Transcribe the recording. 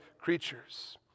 creatures